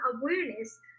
awareness